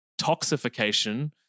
toxification